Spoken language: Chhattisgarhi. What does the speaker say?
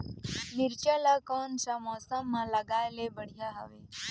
मिरचा ला कोन सा मौसम मां लगाय ले बढ़िया हवे